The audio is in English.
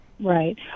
Right